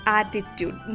attitude